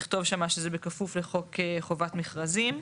נכתוב שם שזה בכפוף לחוק חובת מכרזים.